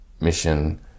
mission